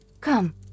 Come